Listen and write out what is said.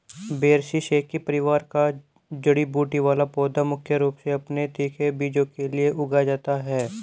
ब्रैसिसेकी परिवार का जड़ी बूटी वाला पौधा मुख्य रूप से अपने तीखे बीजों के लिए उगाया जाता है